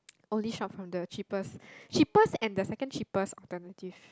only shop from the cheapest cheapest and the second cheapest alternative